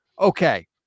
Okay